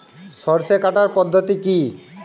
সরষে কাটার পদ্ধতি কি?